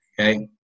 Okay